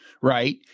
Right